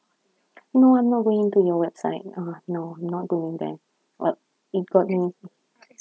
no I'm not going to your website ugh no not going there web~ it got me